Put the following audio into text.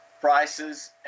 prices